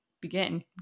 begin